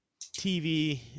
TV